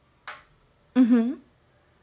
mmhmm